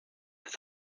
ist